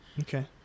Okay